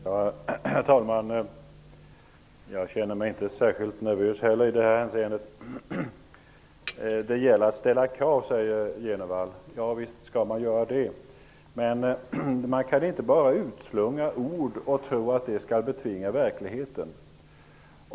Herr talman! Jag känner mig inte heller särskilt nervös. Bo Jenevall säger att man skall ställa krav. Ja visst skall man göra det. Men man kan inte bara utslunga ord och tro att de skall betvinga verkligheten.